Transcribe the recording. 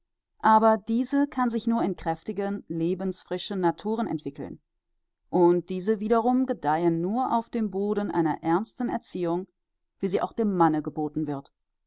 aber diese kann sich nur in kräftigen lebensfrischen naturen entwickeln und diese wiederum gedeihen nur auf dem boden einer ernsten erziehung wie sie auch dem manne geboten wird